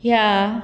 ह्या